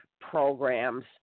programs